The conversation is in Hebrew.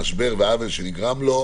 על "משבר ועוול שנגרם לו".